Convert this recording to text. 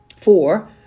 Four